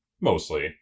mostly